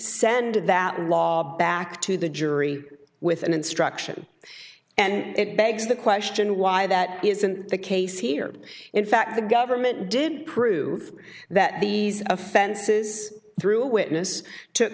send that law back to the jury with an instruction and it begs the question why that isn't the case here in fact the government did prove that these offenses through a witness took